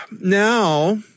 now